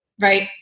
Right